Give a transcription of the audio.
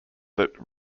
that